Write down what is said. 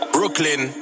Brooklyn